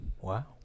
wow